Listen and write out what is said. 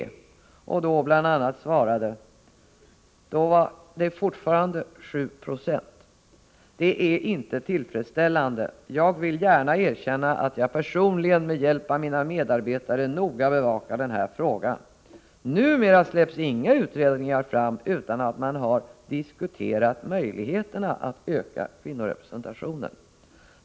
Då var siffran fortfarande 7 70. Han svarade bl.a.: ”Det är inte tillfredsställande. Jag vill gärna erkänna att jag personligen med hjälp av mina medarbetare noga bevakar den här frågan. Numera släpps inga utredningar fram utan att man har diskuterat möjligheterna att öka kvinnorepresentationen.